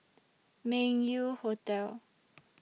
Meng Yew Hotel